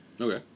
Okay